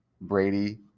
Brady